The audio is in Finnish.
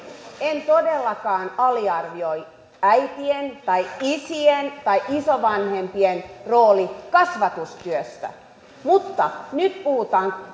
en todellakaan aliarvioi äitien tai isien tai isovanhempien roolia kasvatustyössä mutta nyt puhutaan